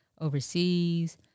overseas